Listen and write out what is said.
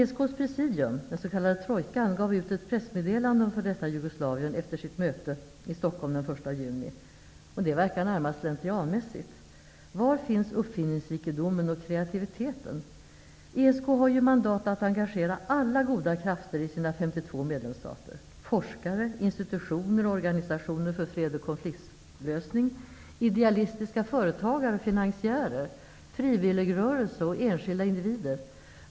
ESK:s presidium, den s.k. trojkan, gav ut ett pressmeddelande om f.d. Jugoslavien efter sitt möte i Stockholm den 1 juni. Det verkar närmast slentrianmässigt. Var finns uppfinningsrikedomen och kreativiteten? ESK har ju mandat att engagera alla goda krafter i sina 52 medlemsstater: forskare, institutioner och organisationer för fred och konfliktlösning, idealistiska företagare och finansiärer, frivilligrörelser och enskilda individer.